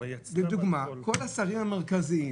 כחול לבן היו בקואליציה.